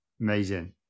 amazing